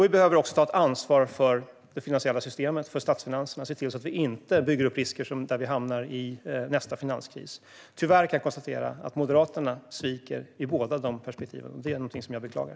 Vi behöver också ta ansvar för det finansiella systemet, för statsfinanserna, och se till att vi inte bygger upp risker som gör att vi hamnar i nästa finanskris. Tyvärr kan jag konstatera att Moderaterna sviker i båda dessa perspektiv, och det är någonting som jag beklagar.